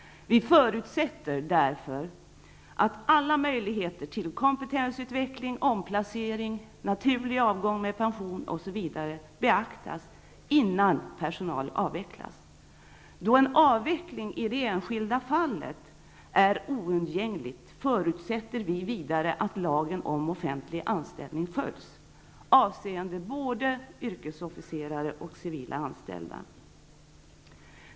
Vi förutsätter därför att alla möjligheter till kompetensutveckling, omplacering, naturlig avgång med pension osv. beaktas innan personal avvecklas. Då en avveckling i det enskilda fallet är oundgänglig förutsätter vi vidare att lagen om offentlig anställning följs, avseende både yrkesofficerare och civila anställda.